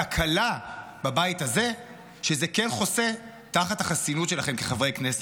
התקלה בבית הזה היא שזה כן חוסה תחת החסינות שלכם כחברי כנסת.